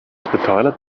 toilet